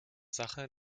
sache